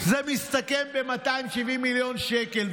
זה מסתכם ב-270 מיליון שקל.